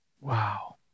Wow